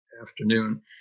afternoon